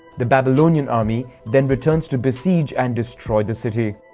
the babylonian army then returns to besiege and destroy the city.